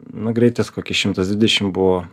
nu greitis kokį šimtą dvidešimt buvo